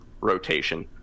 rotation